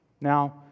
Now